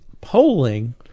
polling